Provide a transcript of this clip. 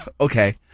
Okay